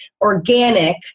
organic